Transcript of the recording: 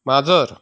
माजर